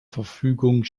verfügung